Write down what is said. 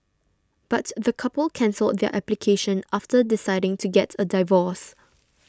but the couple cancelled their application after deciding to get a divorce